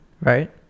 right